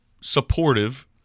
supportive